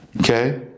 Okay